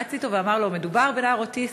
רץ אתו ואמר לו: מדובר בנער אוטיסט,